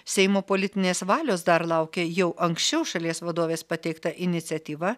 seimo politinės valios dar laukia jau anksčiau šalies vadovės pateikta iniciatyva